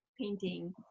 painting